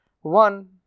One